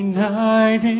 night